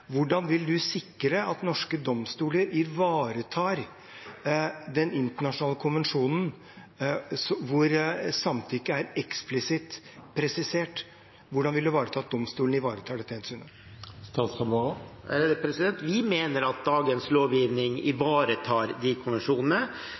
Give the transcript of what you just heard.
Hvordan vil han sikre at norske domstoler ivaretar den internasjonale konvensjonen, hvor samtykke er eksplisitt presisert? Hvordan vil han ivareta at domstolene ivaretar dette hensynet? Vi mener at dagens lovgivning